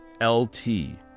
L-T